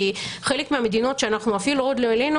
כי חלק מהמדינות שאפילו עוד לא העלינו